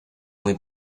muy